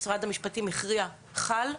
משרד המשפטים הכריע שחל,